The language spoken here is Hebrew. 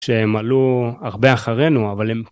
שהם עלו הרבה אחרינו, אבל הם...